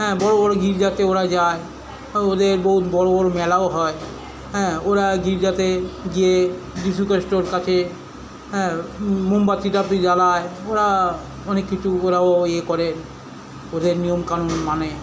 হ্যাঁ বড়ো বড়ো গির্জাতে ওরা যায় আর ওদের বহুত বড়ো বড়ো মেলাও হয় হ্যাঁ ওরা গির্জাতে গিয়ে যীশু খেষ্টর কাছে হ্যাঁ মোমবাতি টাতি জ্বালায় ওরা অনেক কিছু ওরাও এ করে ওদের নিয়মকানুন মানে